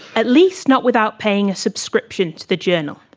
at least not without paying a subscription to the journal.